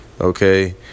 okay